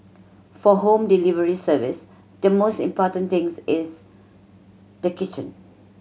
for home delivery service the most important things is the kitchen